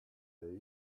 day